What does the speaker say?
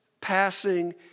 passing